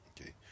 Okay